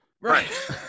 Right